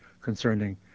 concerning